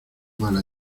mala